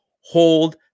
hold